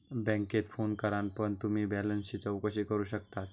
बॅन्केत फोन करान पण तुम्ही बॅलेंसची चौकशी करू शकतास